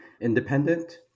independent